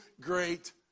great